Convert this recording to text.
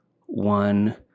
one